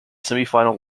semifinal